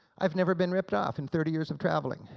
i've never been ripped off in thirty years of traveling,